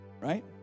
right